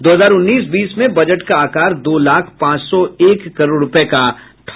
दो हजार उन्नीस बीस में बजट का आकार दो लाख पांच सौ एक करोड़ रूपये का था